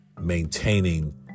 maintaining